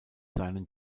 seinen